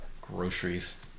Groceries